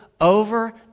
over